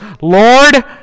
Lord